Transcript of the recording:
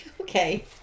Okay